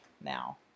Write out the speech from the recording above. now